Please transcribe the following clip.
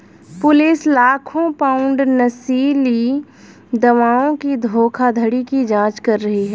police लाखों pound नशीली दवाओं की धोखाधड़ी की जांच कर रही है